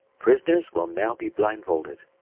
prisoners will now be blindfolded!